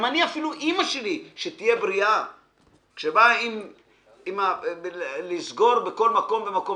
אפילו אמא שלי כשבאה לסגור בכל מקום ומקום